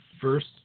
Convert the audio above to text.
first